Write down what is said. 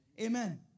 Amen